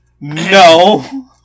No